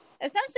essentially